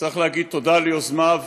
צריך להגיד תודה ליוזמיו,